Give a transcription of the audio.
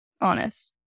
Honest